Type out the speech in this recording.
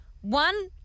One